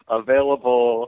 available